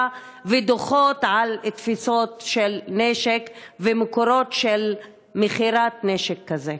ודוחות על תפיסת נשק ומקורות של מכירת נשק כזה?